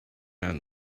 found